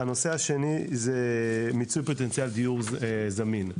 הנושא השני הוא מיצוי פוטנציאל דיור זמין.